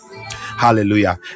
Hallelujah